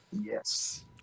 yes